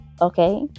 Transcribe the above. okay